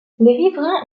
riverains